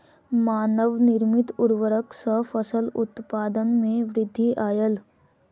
मानव निर्मित उर्वरक सॅ फसिल उत्पादन में वृद्धि आयल